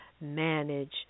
manage